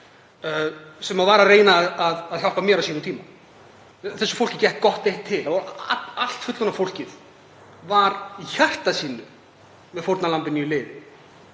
sem var að reyna að hjálpa mér á sínum tíma. Þessu fólki gekk gott eitt til og allt fullorðna fólkið var í hjarta sínu með fórnarlambinu í liði.